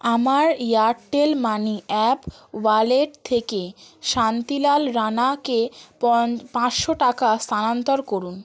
আমার Airtel money app wallet থেকে শান্তিলাল রানাকে পন পাঁচশো টাকা স্থানান্তর করুন